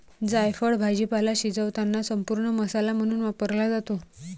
जायफळ भाजीपाला शिजवताना संपूर्ण मसाला म्हणून वापरला जातो